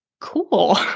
cool